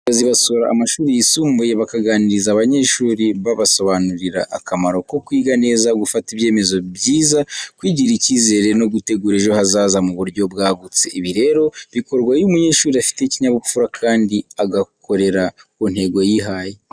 Abayobozi basura amashuri yisumbuye bakaganiriza abanyeshuri, babasobanurira akamaro ko kwiga neza, gufata ibyemezo byiza, kwigirira icyizere no gutegura ejo hazaza mu buryo bwagutse. Ibi rero bikorwa iyo umunyeshuri afite ikinyabupfura, kandi agakorera ku ntego yihaye.